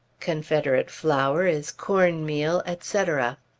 confederate flour is corn meal, etc.